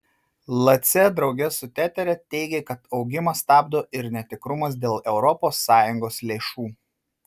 lace drauge su tetere teigė kad augimą stabdo ir netikrumas dėl europos sąjungos lėšų